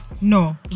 No